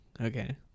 okay